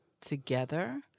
together